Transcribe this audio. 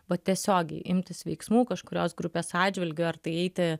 vat tiesiogiai imtis veiksmų kažkurios grupės atžvilgiu ar tai eiti